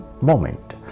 moment